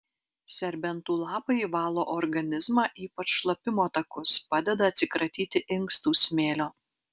serbentų lapai valo organizmą ypač šlapimo takus padeda atsikratyti inkstų smėlio